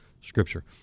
Scripture